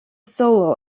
solo